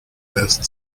best